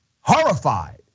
horrified